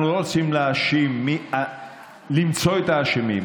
אנחנו לא רוצים להאשים, למצוא את האשמים.